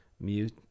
mute